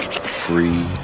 Free